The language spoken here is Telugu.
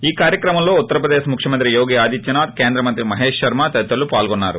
ఈ కార్యక్రమంలో ఉత్తరప్రదేశ్ ముఖ్యమంత్రి యోగి ఆదిత్య నాథ్ కేంద్ర మంత్రి మహేష్ శర్మా తదితరులు పాల్గొన్నారు